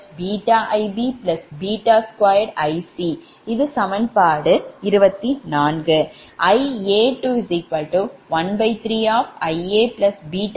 Ia213 Ia2IbβIcஇது சமன்பாடு 25